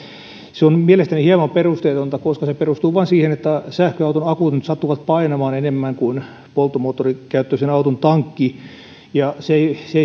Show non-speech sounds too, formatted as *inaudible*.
se on mielestäni hieman perusteetonta koska se perustuu vain siihen että sähköauton akut nyt sattuvat painamaan enemmän kuin polttomoottorikäyttöisen auton tankki ja se ei se *unintelligible*